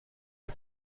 این